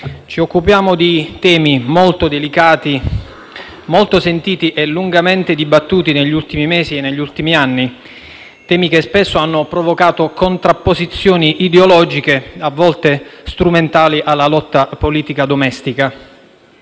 ci occupiamo di temi molto delicati e sentiti, lungamente dibattuti negli ultimi mesi e anni, che spesso hanno provocato contrapposizioni ideologiche, a volte strumentali alla lotta politica domestica.